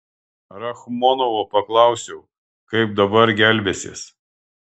rachmonovo paklausiau kaip dabar gelbėsies